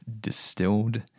distilled